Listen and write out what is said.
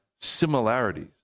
similarities